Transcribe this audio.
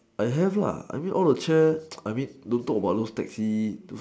I have lah I mean all the chair I mean don't talk about those taxis